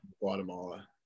Guatemala